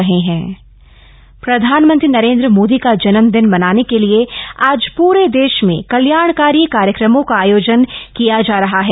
प्रधानमंत्री जन्मदिवस प्रधानमंत्री नरेन्द्र मोदी का जन्मदिन मनाने के लिए आज पूरे देश में कल्याणकारी कार्यक्रमों का आयोजन किया जा रहा है